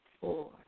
four